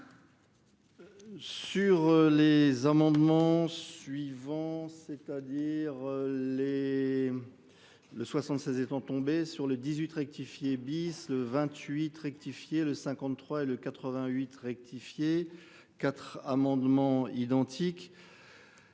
Sur les amendements suivants, c'est-à-dire les. Le 76 étant tombée sur le 18 rectifier bis le 28 rectifié le 53 et le 88 rectifier 4 amendements identiques.